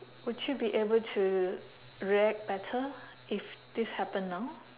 would you be able to react better if this happen now